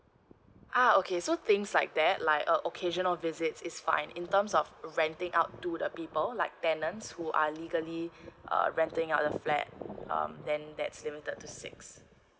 ah okay so things like that like a occasional visits is fine in terms of renting out to the people like tenants who are legally uh renting out the flat um then that's limited to six